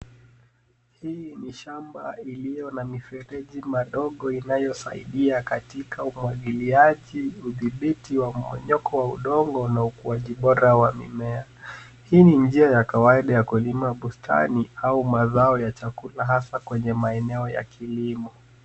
Hii ni shamba iliyo na mifereji madogo inayosaidia katika umwagiliaji, udhibiti wa momonyoko wa udongo na ukuaji bora wa mimea. Hii ni njia ya kawaida ya kulima bustani au mazao ya chakula hasa kwenye maeneo ya kilimo.